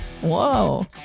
Whoa